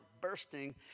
bursting